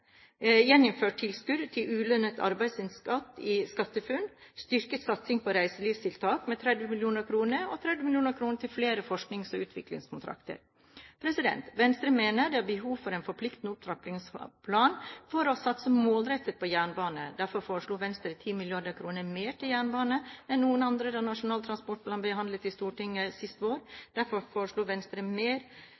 tilskudd til ulønnet arbeidsinnsats i SkatteFUNN, styrket satsing på reiselivstiltak med 30 mill. kr og 30 mill. kr til flere forsknings- og utviklingskontrakter. Venstre mener at det er behov for en forpliktende opptrappingsplan for å satse målrettet på jernbane. Derfor foreslo Venstre 10 mrd. kr mer til jernbane enn noen andre da Nasjonal transportplan ble behandlet i Stortinget sist vår.